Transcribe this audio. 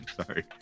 sorry